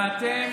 ואתם,